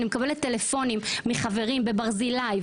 אני מקבלת טלפונים מחברים בברזילי,